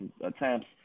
attempts